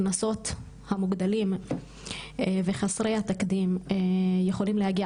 הקנסות המוגדלים וחסרי התקדים יכולים להגיע